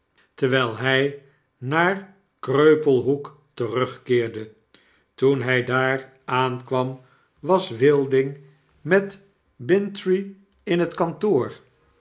terwyl hij naar kreupelhoek terugkeerde toen hij daar aankwam was wilding met bintrey in het kantoor